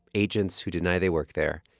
agents who deny they work there.